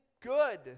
Good